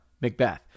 Macbeth